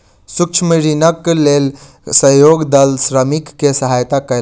सूक्ष्म ऋणक लेल सहयोग दल श्रमिक के सहयता कयलक